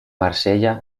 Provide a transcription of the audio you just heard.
marsella